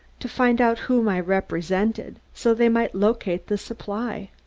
to find out whom i represented, so they might locate the supply?